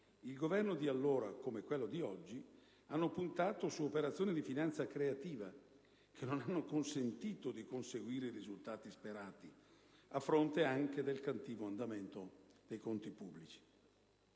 il Governo di allora, così come quello attuale, hanno puntato su operazioni di finanza creativa, che non hanno consentito di conseguire i risultati sperati, a fronte anche del cattivo andamento dei conti pubblici.